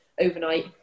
overnight